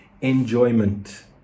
enjoyment